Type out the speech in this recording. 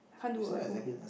can't do work at home